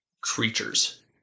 creatures